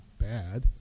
bad